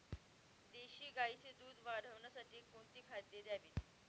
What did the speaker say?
देशी गाईचे दूध वाढवण्यासाठी कोणती खाद्ये द्यावीत?